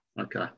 Okay